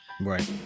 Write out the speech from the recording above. Right